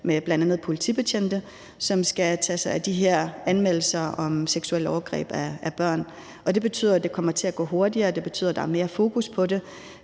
bl.a. politibetjente, som skal tage sig af de her anmeldelser af seksuelle overgreb på børn, og det betyder, at det kommer til at gå hurtigere, og det betyder, at der